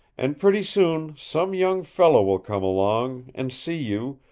and pretty soon some young fellow will come along, and see you,